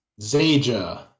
Zaja